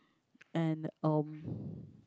and um